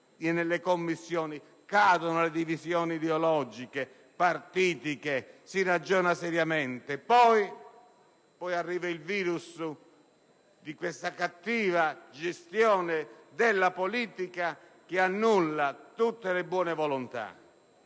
nelle Commissioni, cadono le divisioni ideologiche e partitiche. Si ragiona seriamente. Poi arriva il virus di questa cattiva gestione della politica che annulla tutte le buone volontà.